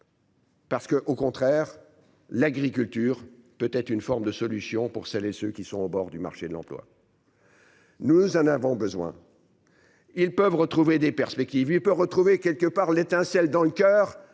Parce que au contraire l'agriculture peut être une forme de solutions pour celles et ceux qui sont au bord du marché de l'emploi. Nous, nous en avons besoin. Ils peuvent retrouver des perspectives, il peut retrouver quelque part l'étincelle dans le coeur